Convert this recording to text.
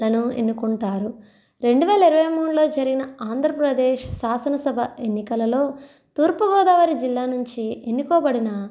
లను ఎన్నుకుంటారు రెండువేల ఇరవై మూడులో జరిగిన ఆంధ్రప్రదేశ్ శాసనసభ ఎన్నికలలో తూర్పుగోదావరి జిల్లా నుంచి ఎన్నుకోబడిన